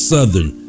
Southern